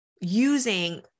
using